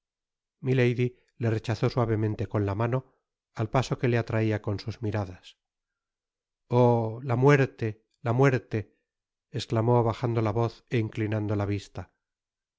le rechazó suavemente con la mano al paso que ie atraia con sus miradas oh la muerte la muerte i esclamó bajando la voz é inclinando la vista oh